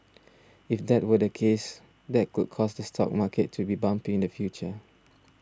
if that were the case that could cause the stock market to be bumpy in the future